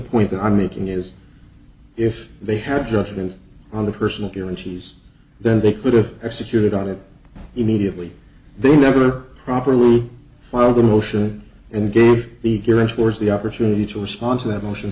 point that i'm making is if they have a judgment on the personal guarantees then they could have executed on it immediately they never properly filed a motion and gave the guarantors the opportunity to respond to that motion